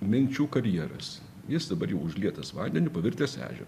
minčių karjeras jis dabar jau užlietas vandeniu pavirtęs ežeru